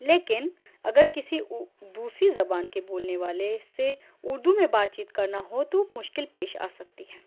لیکن اگر کسی دوسری زبان کے بولنے والے سے اُردو میں بات چیت کرنا ہو تو مشکل پیش آ سکتی ہے